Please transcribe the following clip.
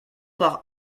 par